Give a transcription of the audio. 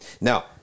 now